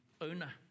owner